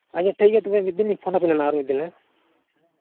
ᱟᱪᱪᱷᱟ ᱴᱷᱤᱠᱜᱮᱭᱟ ᱛᱚᱵᱮ ᱢᱤᱫ ᱫᱤᱱ ᱞᱤᱧ ᱯᱷᱳᱱᱟ ᱛᱟᱞᱚᱦᱮ ᱱᱟᱜ ᱟᱨ ᱢᱤᱫ ᱫᱤᱱ ᱦᱮᱸ